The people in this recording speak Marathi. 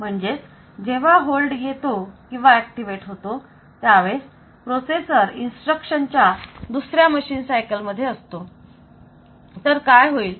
म्हणजेच जेव्हा होल्ड येतो किंवा ऍक्टिव्हेट होतो त्यावेळेस प्रोसेसर इन्स्ट्रक्शन च्या दुसऱ्या मशीन सायकल मध्ये असतो तर काय होईल